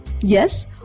Yes